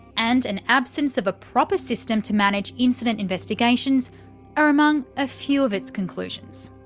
and an absence of a proper system to manage incident investigations are among a few of its conclusions.